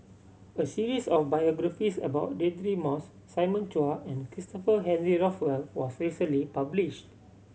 a series of biographies about Deirdre Moss Simon Chua and Christopher Henry Rothwell was recently published